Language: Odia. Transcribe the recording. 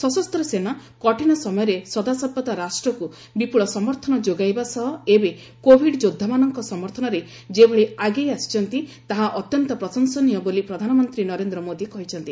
ସଶସ୍ତ ସେନା କଠିନ ସମୟରେ ସଦାସର୍ବଦା ରାଷ୍ଟ୍ରକୁ ବିପୁଳ ସମର୍ଥନ ଯୋଗାଇବା ସହ ଏବେ କୋଭିଡ୍ ଯୋଦ୍ଧାମାନଙ୍କ ସମର୍ଥନରେ ଯେଭଳି ଆଗେଇ ଆସିଛି ତାହା ଅତ୍ୟନ୍ତ ପ୍ରଶଂସନୀୟ ବୋଲି ପ୍ରଧାନମନ୍ତ୍ରୀ ନରେନ୍ଦ୍ର ମୋଦି କହିଛନ୍ତି